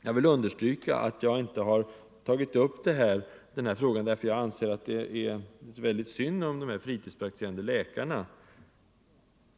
Jag vill understryka att jag inte har tagit upp den här frågan därför att det skulle vara särskilt synd om de fritidspraktiserande läkarna.